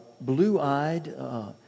blue-eyed